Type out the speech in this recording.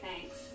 thanks